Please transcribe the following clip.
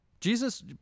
Jesus